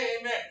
Amen